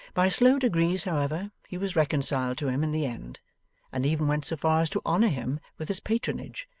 by slow degrees, however, he was reconciled to him in the end and even went so far as to honour him with his patronage,